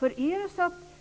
Om